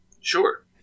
Sure